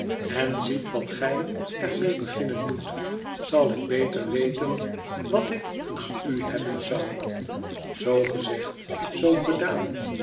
en ziet wat gij er mee beginnen moet zal ik beter weten wat ik aan u hebben zou zoo gezegd zoo gedaan